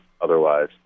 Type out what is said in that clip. otherwise